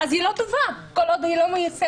היא לא טובה כל עוד היא לא מיושמת.